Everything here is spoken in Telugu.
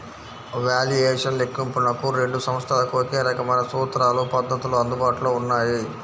వాల్యుయేషన్ లెక్కింపునకు రెండు సంస్థలకు ఒకే రకమైన సూత్రాలు, పద్ధతులు అందుబాటులో ఉన్నాయి